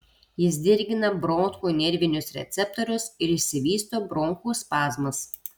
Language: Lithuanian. jis dirgina bronchų nervinius receptorius ir išsivysto bronchų spazmas